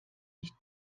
nicht